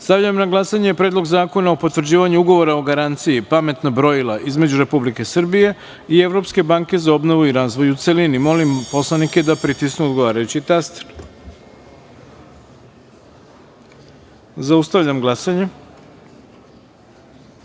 na glasanje Predlog zakona o potvrđivanju Ugovora o garanciji (Pametna brojila) između Republike Srbije i Evropske banke za obnovu i razvoj, u celini. Molim narodne poslanike da pritisnu odgovarajući taster. Zaustavljam glasanje: